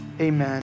amen